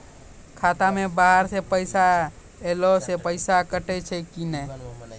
खाता मे बाहर से पैसा ऐलो से पैसा कटै छै कि नै?